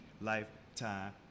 lifetime